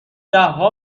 دهها